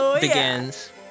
begins